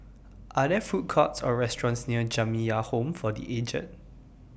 Are There Food Courts Or restaurants near Jamiyah Home For The Aged